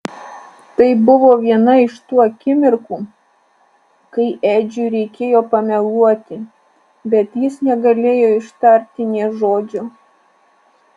tai buvo viena iš tų akimirkų kai edžiui reikėjo pameluoti bet jis negalėjo ištarti nė žodžio